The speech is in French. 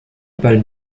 palm